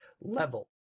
level